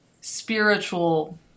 spiritual